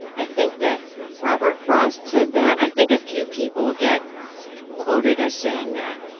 i think that robert frost said that. i think a few people get quoted as saying that.